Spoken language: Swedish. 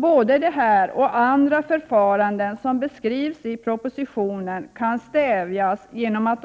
Både detta och andra förfaranden som beskrivs i propositionen kan stävjas genom att